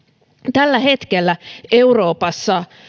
tällä hetkellä euroopassa